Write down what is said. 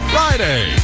Friday